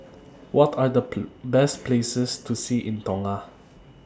What Are The Best Places to See in Tonga